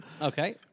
Okay